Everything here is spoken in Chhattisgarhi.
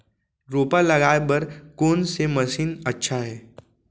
रोपा लगाय बर कोन से मशीन अच्छा हे?